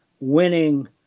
winning